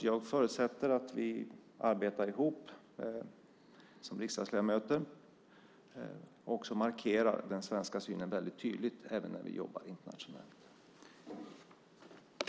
Jag förutsätter att vi arbetar ihop som riksdagsledamöter och också markerar den svenska synen väldigt tydligt även när vi jobbar internationellt.